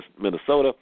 Minnesota